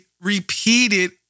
repeated